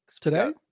Today